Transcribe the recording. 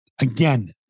Again